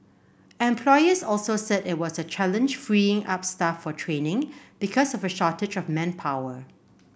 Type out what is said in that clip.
employers also said it was a challenge freeing up staff for training because of a shortage of manpower